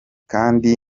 kandi